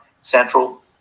Central